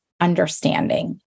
understanding